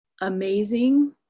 amazing